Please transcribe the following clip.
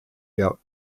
der